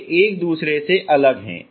वे एक दूसरे से अलग हैं